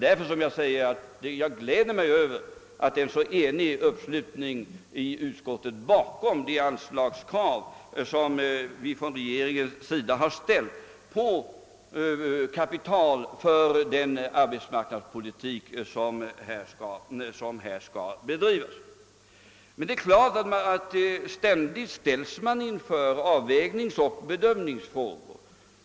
Därför gläder jag mig över den eniga uppslutningen inom utskottet bakom de anslagskrav som regeringen har framfört när det gäller kapital för den arbetsmarknadspolitik som här skall bedrivas. Men det är klart att man samti digt ställs inför avvägningsoch bedömningsfrågor.